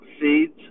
seeds